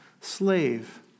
slave